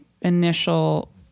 initial